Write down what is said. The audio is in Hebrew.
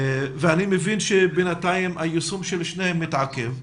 אני מבין שבינתיים היישום של שני החוקים מתעכב.